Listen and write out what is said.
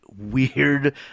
weird